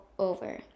over